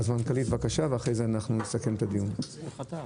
אני חושב שהתמונה ברורה,